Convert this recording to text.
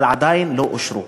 אבל עדיין לא אושרו.